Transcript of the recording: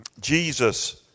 Jesus